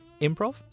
improv